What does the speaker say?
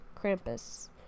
Krampus